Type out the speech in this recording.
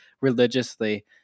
religiously